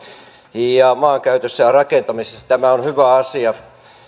ja maankäytössä ja rakentamisessa tämä on hyvä asia